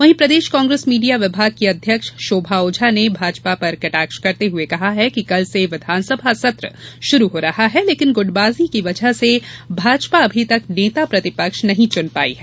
वहीं प्रदेश कांग्रेस मीडिया विभाग की अध्यक्ष शोभा ओझा ने भाजपा पर कटाक्ष करते हुए कहा है कि कल से विधानसभा सत्र शुरू हो रहा है लेकिन गुटबाजी की वजह से भाजपा अभी तक नेता प्रतिपक्ष नही चुन पाई है